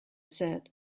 said